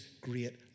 great